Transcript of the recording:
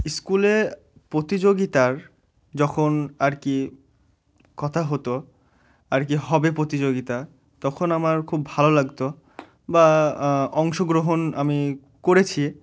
স্কুলে প্রতিযোগিতার যখন আর কি কথা হতো আর কি হবে প্রতিযোগিতা তখন আমার খুব ভালো লাগতো বা অংশগ্রহণ আমি করেছি